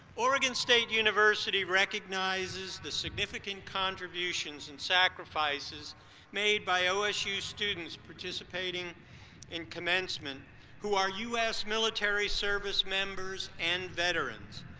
oregon state university recognizes the significant contributions and sacrifices made by osu students participating in commencement who are u s. military service members and veterans.